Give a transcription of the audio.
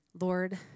Lord